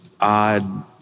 odd